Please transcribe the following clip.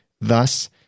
Thus